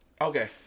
Okay